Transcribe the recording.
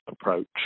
approach